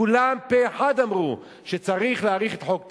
כולם פה-אחד אמרו שצריך להאריך את חוק טל.